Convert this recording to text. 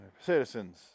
Citizens